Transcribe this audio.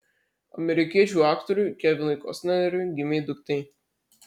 amerikiečių aktoriui kevinui kostneriui gimė duktė